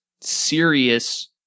serious